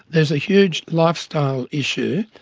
there's a huge lifestyle issue,